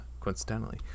Coincidentally